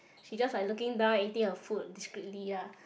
she just like looking down and eating her food discretely lah